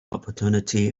opportunity